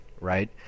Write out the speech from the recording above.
right